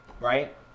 Right